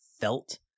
felt